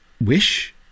Wish